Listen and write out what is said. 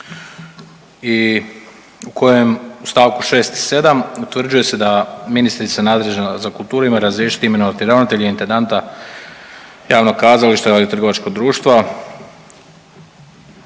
i u kojem u st. 6. i 7. utvrđuje se da ministrica nadležna za kulturu ima razriješiti i imenovati ravnatelja i intendanta javnog kazališta i javnog trgovačkog društva